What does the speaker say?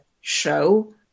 show